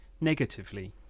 negatively